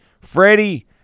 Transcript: Freddie